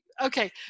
Okay